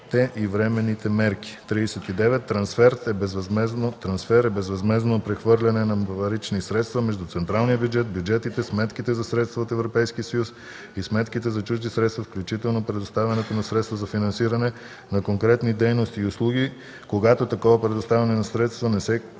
и временните мерки.